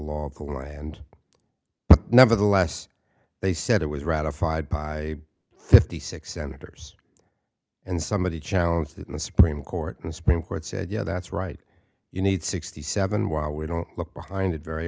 and nevertheless they said it was ratified by fifty six senators and somebody challenged in the supreme court and supreme court said yeah that's right you need sixty seven while we don't look behind it very